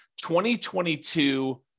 2022